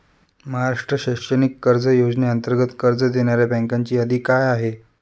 महाराष्ट्र शैक्षणिक कर्ज योजनेअंतर्गत कर्ज देणाऱ्या बँकांची यादी काय आहे?